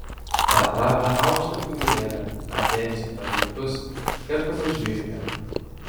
tą trapią aukštą figūrėlę artėjančią per laukus kertamus žvyrkelio